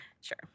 Sure